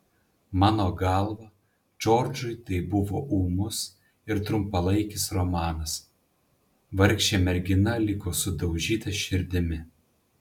mano galva džordžui tai buvo ūmus ir trumpalaikis romanas vargšė mergina liko sudaužyta širdimi